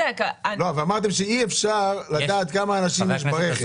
אמרתם שאי אפשר לדעת כמה אנשים יש ברכב.